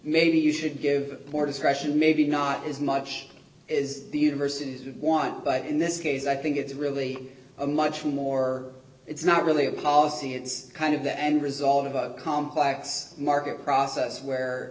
maybe you should give more discretion maybe not as much is the universities would want but in this case i think it's really a much more it's not really a policy it's kind of the end result of a complex market process where